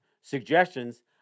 suggestions